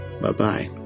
Bye-bye